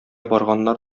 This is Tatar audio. барганнар